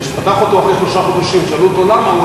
וכשפתח אותו אחרי שלושה חודשים שאלו אותו: למה?